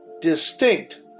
distinct